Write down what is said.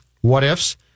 what-ifs